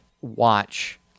Watch